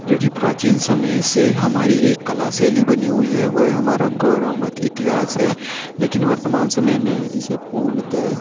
जो कि प्राचीन समय से हमारी एक कला शैली बनी हुई है वह हमारा गौरवमत इतिहास है लेकिन वर्तमान समय में इसे पूर्णतः